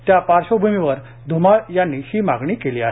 त्या पार्श्वभ्रमीवर ध्माळ यांनी ही मागणी केली आहे